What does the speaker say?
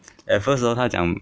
at first hor 她讲